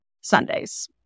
Sundays